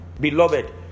Beloved